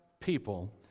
people